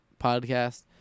podcast